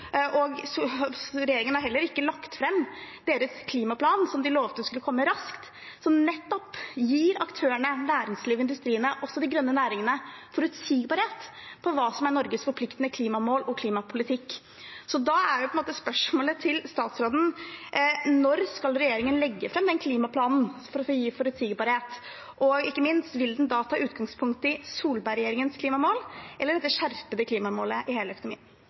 og regjeringen har heller ikke lagt fram deres klimaplan, som de lovet skulle komme raskt, som nettopp gir aktørene – næringslivet, industriene, også de grønne næringene – forutsigbarhet på hva som er Norges forpliktende klimamål og klimapolitikk. Da er spørsmålet til statsråden: Når skal regjeringen legge fram den klimaplanen for å gi forutsigbarhet, og – ikke minst – vil den da ta utgangspunkt i Solberg-regjeringens klimamål eller dette skjerpede klimamålet i hele økonomien?